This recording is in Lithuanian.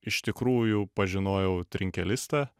iš tikrųjų pažinojau trinkelistą